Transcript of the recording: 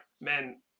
men